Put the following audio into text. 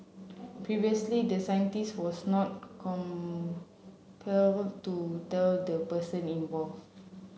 previously the scientist was not compelled to tell the person involve